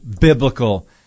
biblical